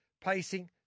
pacing